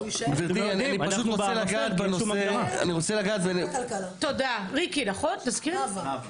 גברתי, אני רוצה לגעת בנושא --- תודה, נאווה.